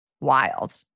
wild